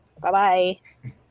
Bye-bye